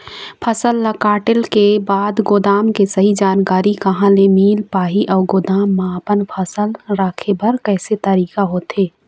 फसल ला कटेल के बाद गोदाम के सही जानकारी कहा ले मील पाही अउ गोदाम मा अपन फसल रखे बर कैसे तरीका होथे?